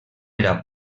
era